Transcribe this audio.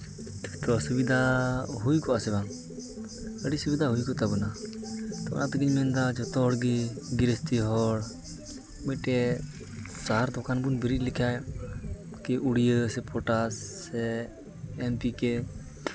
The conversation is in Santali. ᱚᱥᱩᱵᱤᱫᱷᱟ ᱦᱩᱭ ᱠᱚᱜᱼᱟ ᱥᱮ ᱵᱟᱝ ᱟᱹᱰᱤ ᱥᱩᱵᱤᱫᱷᱟ ᱦᱩᱭ ᱠᱚᱜ ᱛᱟᱵᱳᱱᱟ ᱚᱱᱟ ᱛᱮᱜᱤᱧ ᱢᱮᱱᱫᱟ ᱡᱚᱛᱚ ᱦᱚᱲ ᱜᱮ ᱜᱨᱤᱦᱚᱥᱛᱤ ᱦᱚᱲ ᱢᱤᱫᱴᱮᱡ ᱥᱟᱦᱟᱨ ᱫᱚᱠᱟᱱ ᱵᱚᱱ ᱵᱮᱨᱮᱫ ᱞᱮᱠᱷᱟᱡ ᱩᱲᱭᱟᱹ ᱥᱮ ᱯᱚᱴᱟᱥ ᱥᱮ ᱮᱢ ᱯᱤ ᱠᱮ